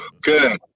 Good